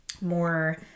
more